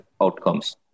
outcomes